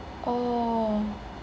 oh